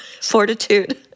fortitude